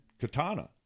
katana